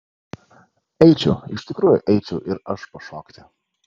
eičiau iš tikrųjų eičiau ir aš pašokti